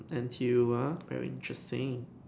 N_T_U are very interesting